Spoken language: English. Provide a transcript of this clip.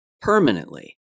Permanently